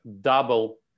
double